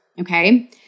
okay